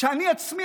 ואני עצמי,